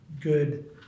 good